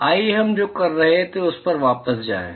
आइए हम जो कर रहे हैं उस पर वापस जाएं